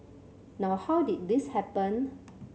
now how did this happen